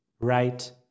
right